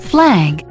Flag